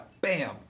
Bam